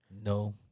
No